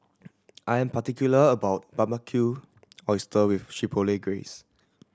I am particular about Barbecued Oyster with Chipotle Glaze